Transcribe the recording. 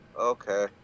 Okay